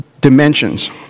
dimensions